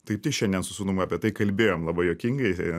kaip tik šiandien su sūnum apie tai kalbėjom labai juokingai